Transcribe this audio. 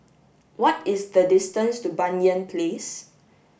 what is the distance to Banyan Place